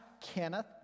Kenneth